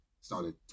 Started